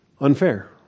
unfair